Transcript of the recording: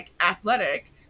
athletic